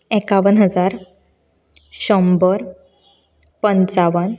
एकावन हजार शंभर पंचावन